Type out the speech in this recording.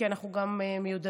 כי אנחנו גם מיודדים.